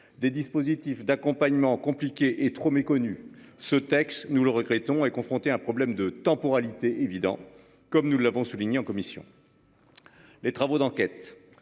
des dispositifs d'accompagnement compliqué et trop méconnu. Ce texte nous le regrettons, est confronté à un problème de temporalité évident comme nous l'avons souligné en commission. Les travaux d'enquête.